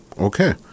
Okay